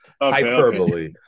hyperbole